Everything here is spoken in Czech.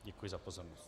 Děkuji za pozornost.